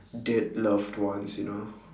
dead loved ones you know